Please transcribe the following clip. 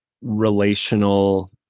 relational